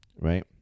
right